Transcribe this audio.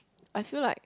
I feel like